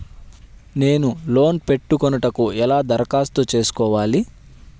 నేను లోన్ పెట్టుకొనుటకు ఎలా దరఖాస్తు చేసుకోవాలి?